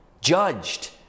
judged